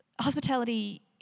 Hospitality